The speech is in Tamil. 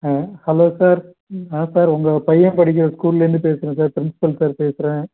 ஆ ஹலோ சார் சார் உங்கள் பையன் படிக்கிற ஸ்கூல்லேந்து பேசுகிறேன் சார் பிரின்ஸ்பல் சார் பேசுகிறேன்